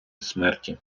смерті